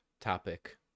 topic